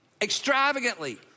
extravagantly